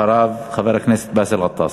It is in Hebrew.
אחריו, חבר הכנסת באסל גטאס.